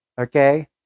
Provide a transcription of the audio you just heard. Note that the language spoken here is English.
okay